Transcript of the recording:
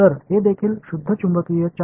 எனவே இதுவும் ஒரு தூய காந்த சார்ஜ்